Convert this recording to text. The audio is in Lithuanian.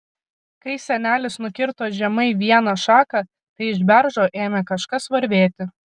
kai senelis nukirto žemai vieną šaką tai iš beržo ėmė kažkas varvėti